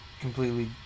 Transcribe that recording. completely